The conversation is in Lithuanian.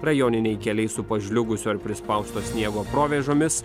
rajoniniai keliai su pažliugusio ar prispausto sniego provėžomis